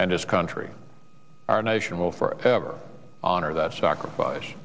and his country our nation will forever honor that sacrifice